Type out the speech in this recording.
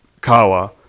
Kawa